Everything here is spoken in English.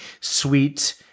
sweet